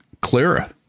clara